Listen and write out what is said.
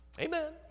Amen